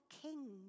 Kings